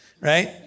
right